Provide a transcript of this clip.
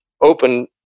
open